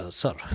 sir